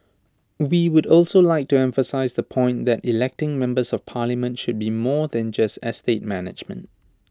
we would also like to emphasise the point that electing members of parliament should be more than just estate management